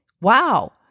Wow